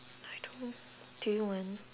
I don't know do you want